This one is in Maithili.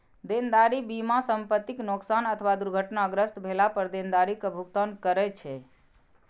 देनदारी बीमा संपतिक नोकसान अथवा दुर्घटनाग्रस्त भेला पर देनदारी के भुगतान करै छै